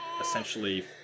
essentially